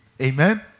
Amen